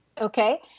Okay